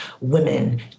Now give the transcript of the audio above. women